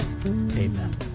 amen